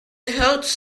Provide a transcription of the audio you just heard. hosts